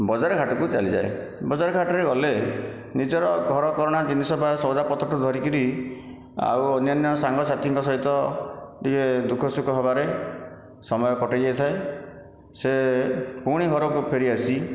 ବଜାର ଘାଟକୁ ଚାଲି ଯାଏ ବଜାର ଘାଟରେ ଗଲେ ନିଜର ଘର କରଣା ଜିନିଷ ବା ସଉଦା ପତ୍ର ଠାରୁ ଧରିକରି ଆଉ ଅନ୍ୟାନ୍ୟ ସାଙ୍ଗ ସାଥୀଙ୍କ ସହିତ ଟିକିଏ ଦୁଃଖ ସୁଖ ହେବାରେ ସମୟ କଟି ଯାଇଥାଏ ସେ ପୁଣି ଘରକୁ ଫେରି ଆସି